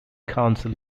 council